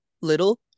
little